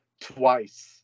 twice